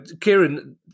Kieran